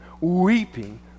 weeping